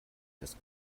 erst